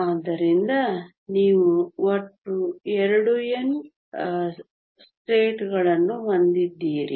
ಆದ್ದರಿಂದ ನೀವು ಒಟ್ಟು 2N ಸ್ಥಿತಿಗಳನ್ನು ಹೊಂದಿದ್ದೀರಿ